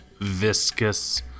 viscous